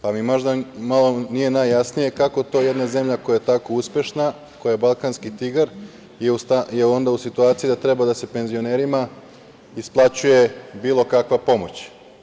Pa mi možda nije malo najjasnije, kako to jedna zemlja koja je tako uspešna, koja je balkanski tigar, je onda u situaciji da treba da se penzionerima isplaćuje bilo kakva pomoć.